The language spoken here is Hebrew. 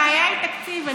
הבעיה היא תקציב.